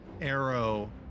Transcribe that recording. arrow